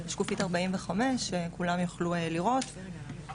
שקופית 45 כולם יוכלו לראות,